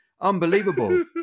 Unbelievable